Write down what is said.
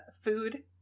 food